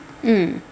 mm